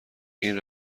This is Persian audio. این